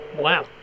Wow